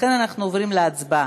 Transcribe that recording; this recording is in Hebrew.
לכן אנחנו עוברים להצבעה.